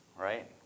right